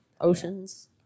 oceans